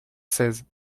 seize